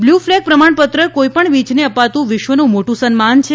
blue flag પ્રમાણપત્ર કોઇપણ બીચને અપાતું વિશ્વનું મોટુ સન્માન છે